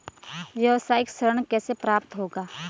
व्यावसायिक ऋण कैसे प्राप्त होगा?